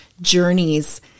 journeys